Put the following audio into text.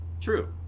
true